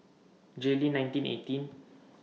Jayleen nineteen eighteen